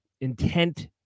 intent